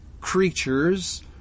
creatures